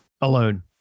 alone